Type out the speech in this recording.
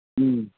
ꯎꯝ